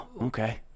okay